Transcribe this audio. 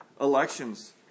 elections